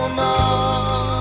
more